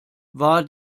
war